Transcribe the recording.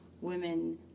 women